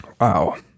Wow